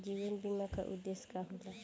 जीवन बीमा का उदेस्य का होला?